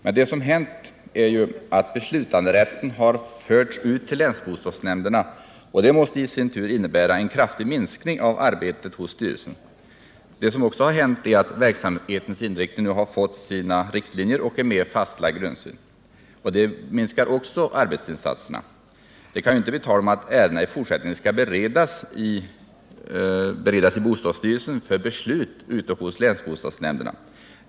Men vad som har hänt är att beslutanderätten förts ut till länsbostadsnämnderna, och det måste innebära en kraftig minskning av arbetet hos styrelsen. Det som också har hänt är att man nu fått riktlinjer för verksamheten och en mer fast grundsyn. Det minskar också arbetsinsatserna. Det kan ju inte bli tal om att ärendena i fortsättningen skall beredas i bostadsstyrelsen för beslut ute hos länsbostadsnämnderna.